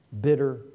bitter